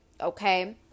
Okay